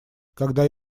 когда